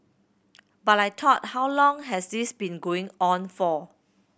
but I thought how long has this been going on for